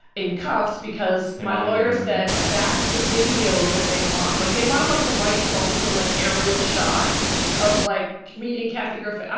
in cuffs, because my and lawyer said, that's the video that they want. like, they wanted, like, the whitey bulger, like, aerial shot of, like, comedian kathy griffin. i